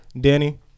Danny